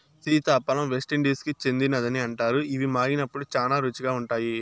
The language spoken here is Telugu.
సీతాఫలం వెస్టిండీస్కు చెందినదని అంటారు, ఇవి మాగినప్పుడు శ్యానా రుచిగా ఉంటాయి